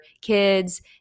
kids